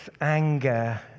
anger